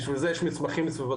בשביל זה יש מסמכים מצוותים,